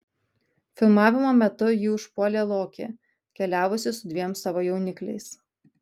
filmavimo metu jį užpuolė lokė keliavusi su dviem savo jaunikliais